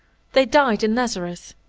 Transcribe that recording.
they died in nazareth.